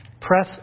Press